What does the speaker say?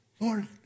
Lord